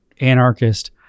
anarchist